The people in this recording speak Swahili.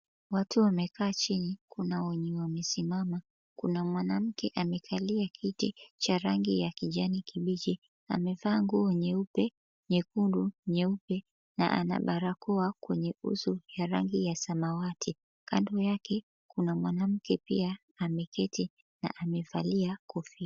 Watu wamekaa chini kuna wenye wamesimama kuna mwanamke amekalia kiti cha rangi ya kijani kibichi amevaa nguo nyeupe, nyekundu, nyeupe na ana barakoa kwenye uso ya rangi ya samawati. Kando yake kuna mwanamke pia ameketi na amevalia kofia.